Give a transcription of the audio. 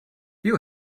you